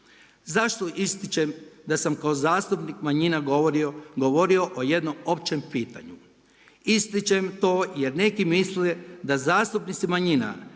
Zašto ističem da sam kao zastupnik manjina govorio o jednom općem pitanju? Ističem to jer neki misle da zastupnici manjina